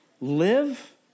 Live